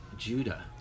Judah